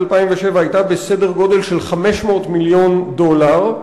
2007 היתה בסדר גודל של 500 מיליון דולר,